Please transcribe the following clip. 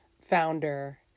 founder